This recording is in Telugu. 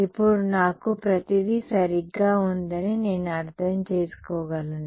ఇప్పుడు నాకు ప్రతిదీ సరిగ్గా ఉందని నేను అర్థం చేసుకోగలను